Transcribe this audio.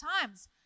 times